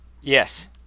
Yes